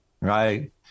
Right